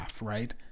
right